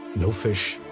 no fish,